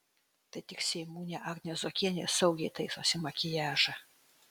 tai tik seimūnė agnė zuokienė saugiai taisosi makiažą